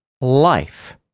life